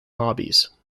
hobbies